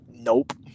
Nope